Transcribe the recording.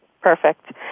Perfect